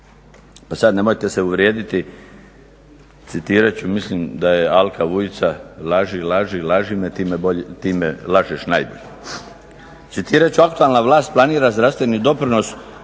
Sada nemojte se uvrijediti, citirat ću, mislim da je Alka Vujica, "Laži, laži, laži me, ti me lažeš najbolje". Citirat ću, aktualna vlast planira zdravstveni doprinos